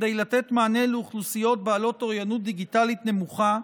כדי לתת מענה לאוכלוסיות בעלות אוריינות דיגיטלית נמוכה,